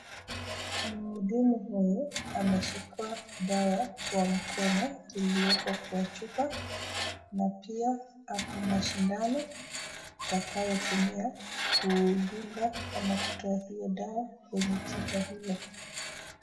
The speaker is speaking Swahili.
Muhudumu huyu ameshika dawa kwa mkono na ilioko kwa chupa. Na pia ako na sindano itakayotumiwa kudunga ama kutoa hiyo dawa kwenye chupa hilo